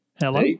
Hello